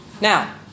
Now